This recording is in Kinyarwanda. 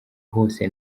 hose